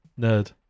Nerd